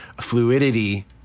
fluidity